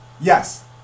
Yes